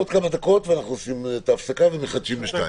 עוד כמה דקות נעשה הפסקה ונחדש ב-14:00.